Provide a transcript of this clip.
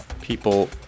People